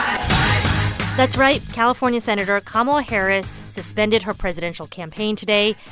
um that's right. california senator kamala harris suspended her presidential campaign today.